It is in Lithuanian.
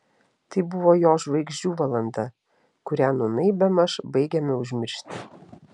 tai buvo jo žvaigždžių valanda kurią nūnai bemaž baigiame užmiršti